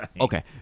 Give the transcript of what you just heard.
Okay